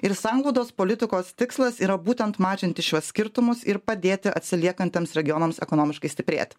ir sanglaudos politikos tikslas yra būtent mažinti šiuos skirtumus ir padėti atsiliekantiems regionams ekonomiškai stiprėti